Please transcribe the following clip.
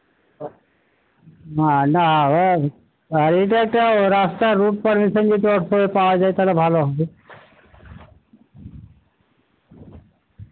না না আর এইটা একটা রাস্তা রোড পারমিশান যদি চট করে পাওয়া যায় তাহলে ভালো হবে